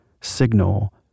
signal